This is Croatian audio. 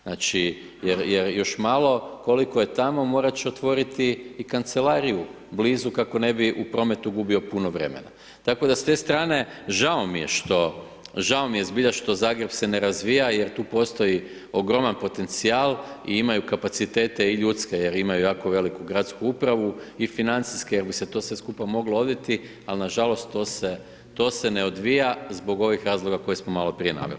Znači, jer, jer još malo koliko je tamo, morat će otvoriti i kancelariju blizu kako ne bi u prometu gubio puno vremena, tako da s te strane žao mi je što, žao mi je zbilja što Zagreb se ne razvija jer tu postoji ogroman potencijal i imaju kapacitete i ljudske jer imaju jako veliku gradsku upravu i financijske, jel bi se sve to skupa moglo odviti, al na žalost to se, to se ne odvija zbog ovih razloga koje smo maloprije naveli.